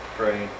pray